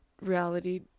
reality